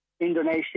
Indonesia